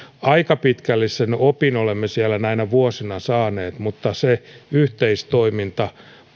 aika pitkällisen opin olemme siellä näinä vuosina saaneet mutta se yhteistoiminta